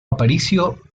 aparicio